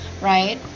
right